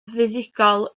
fuddugol